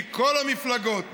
מכל המפלגות,